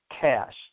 cash